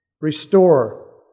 Restore